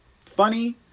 funny